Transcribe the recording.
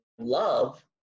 love